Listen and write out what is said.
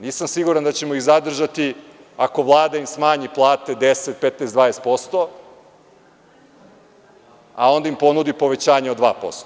Nisam siguran da ćemo ih zadržati ako im Vlada smanji plate 10, 15, 20%, a onda im ponudi povećanje od 2%